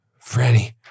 Franny